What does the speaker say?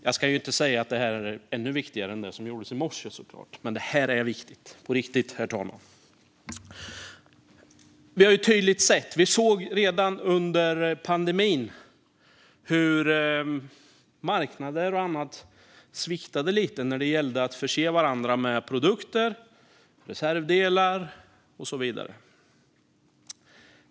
Jag ska såklart inte säga att det här är ännu viktigare än det som debatterades i morse, men det är verkligen viktigt, herr talman. Vi har tydligt sett, redan under pandemin, hur marknader och annat sviktar lite när det gäller att förse varandra med produkter, reservdelar och så vidare.